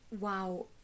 Wow